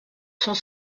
sont